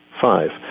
Five